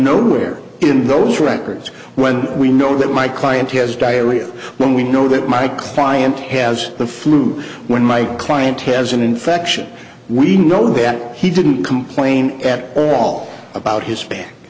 nowhere in those records when we know that my client has diarrhea when we know that my client has the flu when my client has an infection we know that he didn't complain at all about his